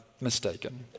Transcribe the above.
mistaken